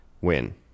win